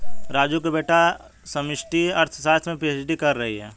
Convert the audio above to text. राजू का बेटा समष्टि अर्थशास्त्र में पी.एच.डी कर रहा है